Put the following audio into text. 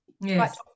Yes